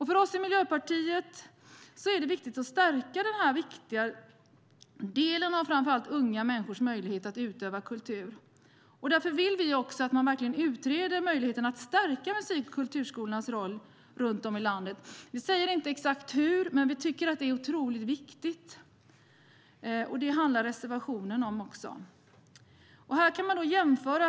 För oss i Miljöpartiet är det viktigt att stärka den här viktiga delen av framför allt unga människors möjlighet att utöva kultur. Därför vill vi att man utreder möjligheten att stärka musik och kulturskolans roll runt om i landet. Vi säger inte exakt hur, men vi tycker att det är otroligt viktigt. Det handlar reservationen om också. Här kan man jämföra.